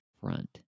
front